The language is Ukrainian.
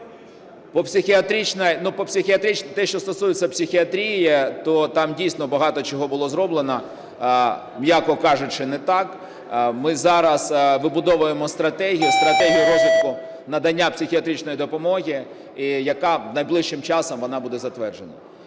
колеги. Те, що стосується психіатрії, то там дійсно багато чого було зроблено, м'яко кажучи, не так. Ми зараз вибудовуємо стратегію, стратегію розвитку надання психіатричної допомоги, яка найближчим часом буде затверджена.